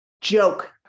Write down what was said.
Joke